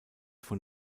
von